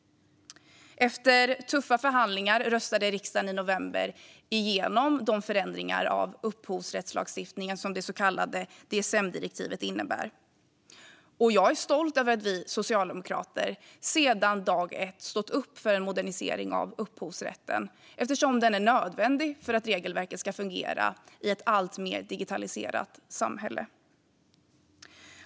Efter tuffa förhandlingar röstade riksdagen i november igenom de förändringar i upphovsrättslagstiftningen som det så kallade DSM-direktivet innebär. Och jag är stolt över att vi socialdemokrater sedan dag ett stått upp för en modernisering av upphovsrätten eftersom det är nödvändigt för att regelverket ska fungera i ett alltmer digitaliserat samhälle.